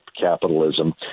capitalism